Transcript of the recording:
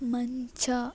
ಮಂಚ